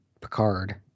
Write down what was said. Picard